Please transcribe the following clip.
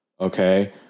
Okay